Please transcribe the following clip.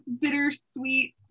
bittersweet